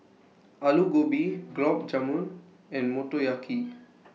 Alu Gobi Gulab Jamun and Motoyaki